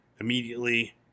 immediately